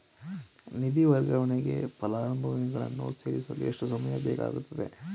ನಿಧಿ ವರ್ಗಾವಣೆಗೆ ಫಲಾನುಭವಿಗಳನ್ನು ಸೇರಿಸಲು ಎಷ್ಟು ಸಮಯ ಬೇಕಾಗುತ್ತದೆ?